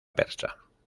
persa